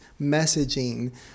messaging